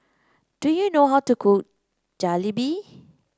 do you know how to cook Jalebi